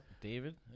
David